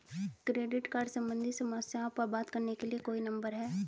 Credit card सम्बंधित समस्याओं पर बात करने के लिए कोई नंबर है?